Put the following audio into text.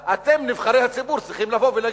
מעמדה, אתם, נבחרי הציבור, צריכים לבוא ולהגיד.